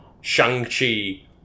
Shang-Chi